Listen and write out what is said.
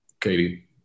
Katie